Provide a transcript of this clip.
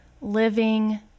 living